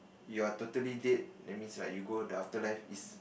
you are totally dead that means right you go the afterlife is